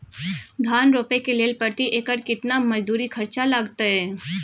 धान रोपय के लेल प्रति एकर केतना मजदूरी खर्चा लागतेय?